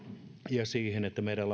ja siihen että meidän